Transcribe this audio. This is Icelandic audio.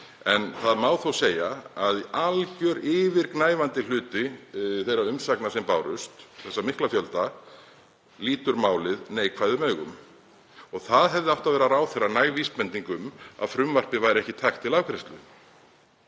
en það má þó segja að alger yfirgnæfandi hluti þeirra umsagna sem bárust, þessa mikla fjölda, líti málið neikvæðum augum — hefði átt að vera ráðherra næg vísbending um að frumvarpið væri ekki tækt til afgreiðslu.